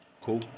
cool